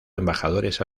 embajadores